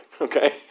okay